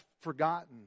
forgotten